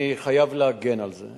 אני חייב להגן על זה.